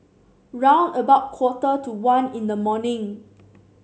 round about quarter to one in the morning